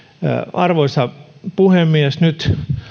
arvoisa puhemies nyt